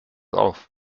auf